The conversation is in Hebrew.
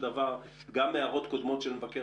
גם הערות קודמות של מבקרים